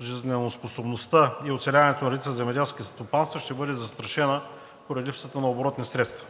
жизнеспособността и оцеляването на редица земеделски стопанства ще бъде застрашена поради липсата на оборотни средства.